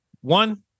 one